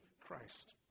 Christ